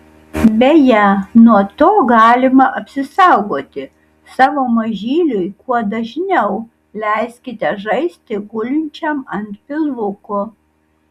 beje nuo to galima apsisaugoti savo mažyliui kuo dažniau leiskite žaisti gulinčiam ant pilvuko